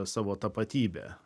savo tapatybę